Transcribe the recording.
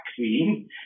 vaccine